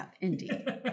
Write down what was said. indeed